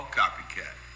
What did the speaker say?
copycat